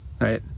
right